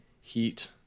Heat